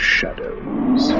Shadows